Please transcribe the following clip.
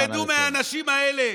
תלמדו מהאנשים האלה.